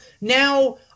now –